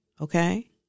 Okay